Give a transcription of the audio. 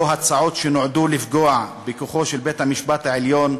ובין שאלה הצעות שנועדו לפגוע בכוחו של בית-המשפט העליון,